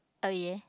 oh ya